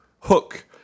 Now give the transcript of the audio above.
hook